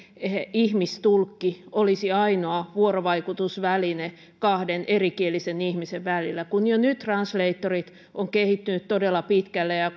ihmistulkki olisi ainoa vuorovaikutusväline kahden erikielisen ihmisen välillä kun jo nyt translatorit ovat kehittyneet todella pitkälle ja